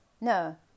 No